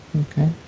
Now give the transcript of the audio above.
Okay